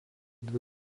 dvi